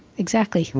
exactly.